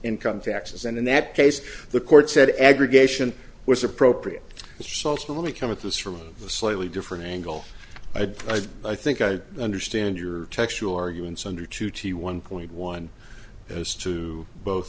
income taxes and in that case the court said aggregation was appropriate salta let me come at this from a slightly different angle i think i understand your textual arguments under two t one point one as to both